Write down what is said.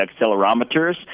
accelerometers